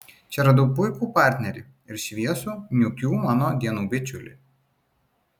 čia radau puikų partnerį ir šviesų niūkių mano dienų bičiulį